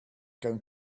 going